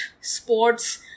sports